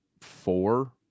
four